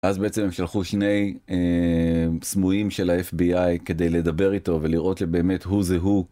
אז בעצם הם שלחו שני סמויים של ה-FBI כדי לדבר איתו ולראות שבאמת הוא זה הוא.